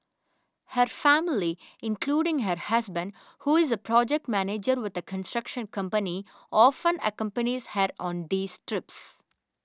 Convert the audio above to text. her family including her husband who is a project manager with a construction company often accompanies her on these trips